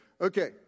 Okay